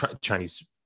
Chinese